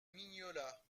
mignola